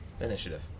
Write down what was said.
initiative